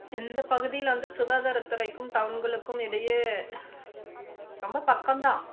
இந்த பகுதியில் வந்து சுகாதாரத்துறைக்கும் டவுன்களுக்கும் இடையே ரொம்ப பக்கம் தான்